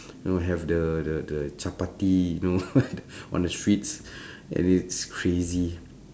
you know have the the the chapati you know on the streets and it's crazy